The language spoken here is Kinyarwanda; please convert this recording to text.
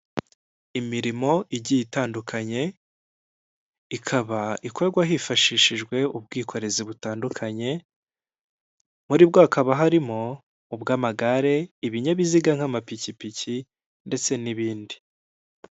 Imirimo igiye itandukanye, ikaba ikorwa hifashishijwe ubwikorezi butandukanye, muri bwo hakaba harimo ubw'amagare, ibinyabiziga nk'amapikipiki ndetse n'ibindi.